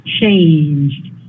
changed